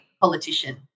politician